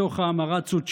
מתוך העמרצות שלו,